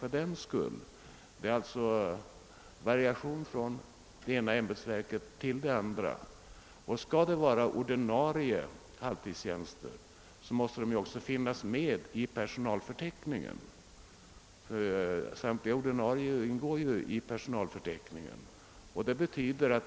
Om det skall finnas ordinarie halvtidstjänster måste de tas med i personalförteckningen — samtliga ordinarie tjänster ingår ju i den.